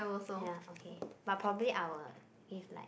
!haiya! okay but probably our is like